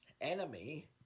Enemy